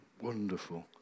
wonderful